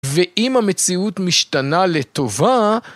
ואם המציאות משתנה לטובה